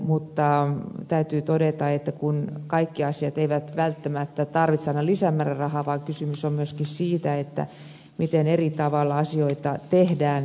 mutta täytyy todeta että kaikki asiat eivät välttämättä tarvitse aina lisämäärärahaa vaan kysymys on myöskin siitä miten eri tavalla asioita tehdään